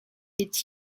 est